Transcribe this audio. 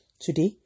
Today